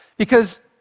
because,